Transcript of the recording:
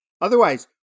Otherwise